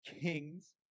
Kings